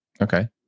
Okay